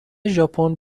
ژاپن